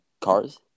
Cars